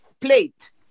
plate